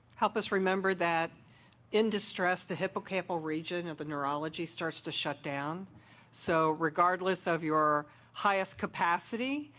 help us remember that in distress the hypocampal region of the neurology starts to shut down so regardless of your highest capacity,